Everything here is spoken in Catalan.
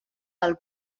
del